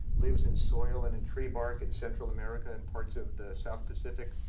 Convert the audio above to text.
lives in soil, and in tree bark, in central america and parts of the south pacific.